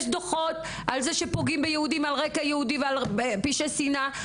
יש דוחות על פגיעה ביהודים על רקע יהודים ועל פשעי שנאה.